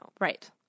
Right